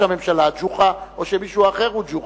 הממשלה ג'וחא או שמישהו אחר הוא ג'וחא.